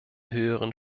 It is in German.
höheren